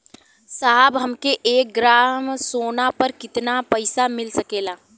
साहब हमके एक ग्रामसोना पर कितना पइसा मिल सकेला?